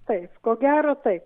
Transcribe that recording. taip ko gero taip